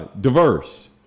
diverse